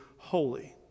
holy